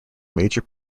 major